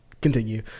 Continue